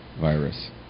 virus